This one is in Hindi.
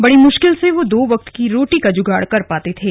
बड़ी मुश्किल से वो दो वक्त की रोटी का जुगाड़ कर पाते थे